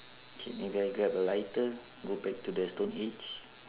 K maybe I grab a lighter go back to the stone age